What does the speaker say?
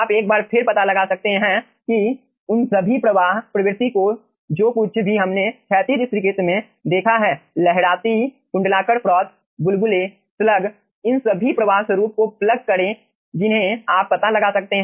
आप एक बार फिर पता लगा सकते हैं कि उन सभी प्रवाह प्रवृत्ति कोजो कुछ भी हमने क्षैतिज स्तरीकृत में देखा है लहराती कुंडलाकार फ्रॉथ बुलबुले स्लग इन सभी प्रवाह स्वरूप को प्लग करें जिन्हें आप पता लगा सकते हैं